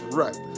right